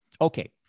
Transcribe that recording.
Okay